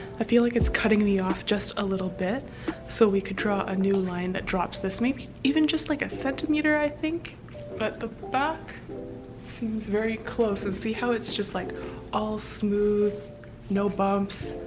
i feel like it's cutting me off just a little bit so we could draw a new line that drops this maybe even just like a centimeter i think but the back seems very close and see how it's just like all smooth no bumps,